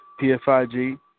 PFIG